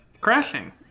crashing